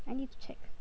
I need to check